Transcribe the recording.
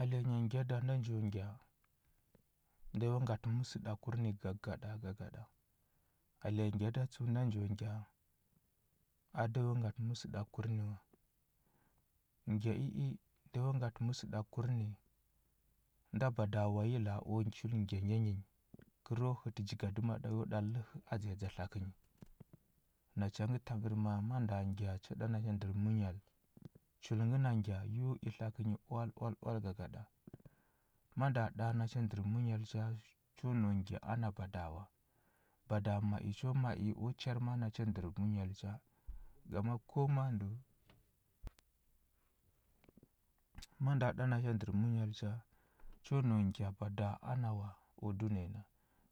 Alenya ngya da nda nju ngya, nda yo ngatə məsəɗakur nyi gagaɗa gagaɗa. Alenya ngya da tsəu nda nju ngya, a da yo ngatə məsəɗakur nə ngya i i nda yo ngatə məsəɗakur ni nda bada wa yi la a u chul ngya ngya nyi, kər yo hətə jigadəma ɗa yo ɗa ləhə a dza dza tlakə nyi. Nacha ngə tangərma ma ndəa ngya cha ɗa na cha ndər munyal, chul ngəna ngya yo i tlakə nyi oal oal oal gagaɗa. Ma ndəa ɗa na cha ndər munyal cha, tlə cho ngya ana bada wa. Bada ma i cho ma i u char ma a nacha ndər munyal cha. Ngama ko maa ndəu, ma ndəa ɗa nacha ndər munyal cha, cho nau ngya bada ana wa u dunəya na.